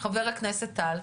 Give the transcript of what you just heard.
חבר הכנסת טל,